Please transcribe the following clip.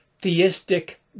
theistic